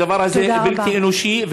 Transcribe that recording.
הדבר הזה בלתי אנושי,